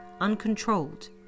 uncontrolled